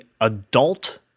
adult